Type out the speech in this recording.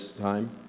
time